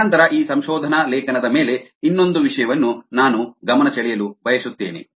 ನಂತರ ಈ ಸಂಶೋಧನಾ ಲೇಖನದ ಮೇಲೆ ಇನ್ನೊಂದು ವಿಷಯವನ್ನು ನಾನು ಗಮನ ಸೆಳೆಯಲು ಬಯಸುತ್ತೀನಿ